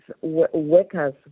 workers